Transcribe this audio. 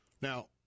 Now